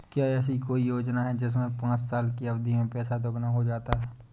क्या ऐसी कोई योजना है जिसमें पाँच साल की अवधि में पैसा दोगुना हो जाता है?